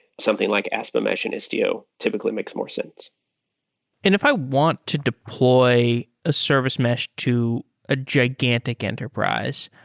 something like aspen mesh and istio typically makes more sense and if i want to deploy a service mesh to a gigantic enterprise,